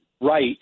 right